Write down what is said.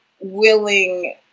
Willing